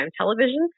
Television